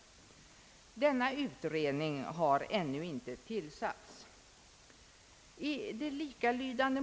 Denna utredning har ännu inte tillsatts.